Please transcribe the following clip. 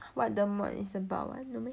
what the module is about what no meh